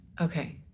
Okay